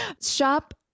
Shop